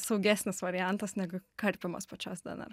saugesnis variantas negu karpymas pačios dnr